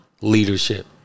leadership